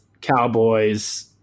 Cowboys